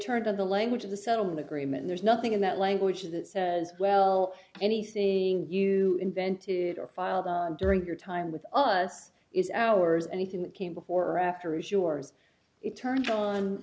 turned out the language of the settlement agreement there's nothing in that language that says well anything you invented or filed during your time with us is ours anything that came before or after is yours it turns on